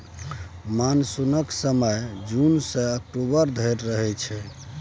मानसुनक समय जुन सँ अक्टूबर धरि रहय छै